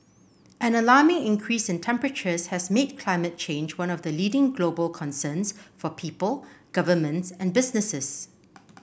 an alarming increase in temperatures has made climate change one of the leading global concerns for people governments and businesses